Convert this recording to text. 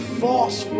false